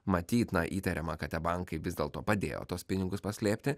matyt na įtariama kad tie bankai vis dėlto padėjo tuos pinigus paslėpti